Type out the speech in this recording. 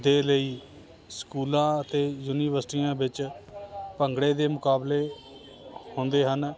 ਦੇ ਲਈ ਸਕੂਲਾਂ ਅਤੇ ਯੂਨੀਵਰਸਿਟੀਆਂ ਵਿੱਚ ਭੰਗੜੇ ਦੇ ਮੁਕਾਬਲੇ ਹੁੰਦੇ ਹਨ